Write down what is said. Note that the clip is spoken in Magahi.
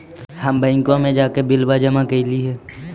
हम बैंकवा मे जाके बिलवा जमा कैलिऐ हे?